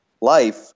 life